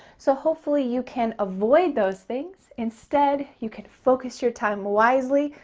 so hopefully you can avoid those things. instead, you can focus your time wisely.